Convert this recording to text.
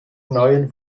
neuen